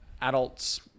adults